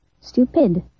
stupid